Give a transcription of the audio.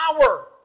power